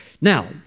Now